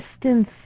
distance